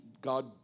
God